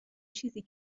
چیزی